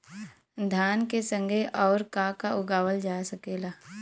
धान के संगे आऊर का का उगावल जा सकेला?